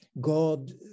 god